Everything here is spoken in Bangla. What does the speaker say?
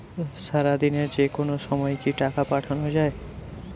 সারাদিনে যেকোনো সময় কি টাকা পাঠানো য়ায়?